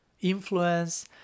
influence